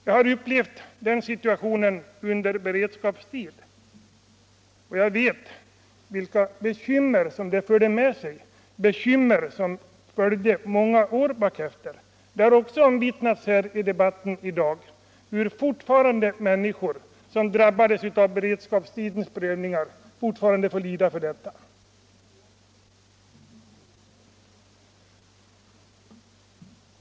Jag har upplevt den situationen under beredskapstid, och jag vet vilka bekymmer den förde med sig, bekymmer som man drogs med flera år efteråt. Det har i debatten i dag också omvittnats att människor som drabbades av beredskapstidens prövningar fortfarande får lida för dem.